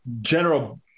general